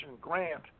grant